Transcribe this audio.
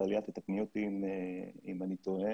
טליה, תקני אותי אם אני טועה.